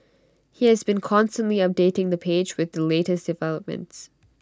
he has been constantly updating the page with the latest developments